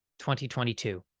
2022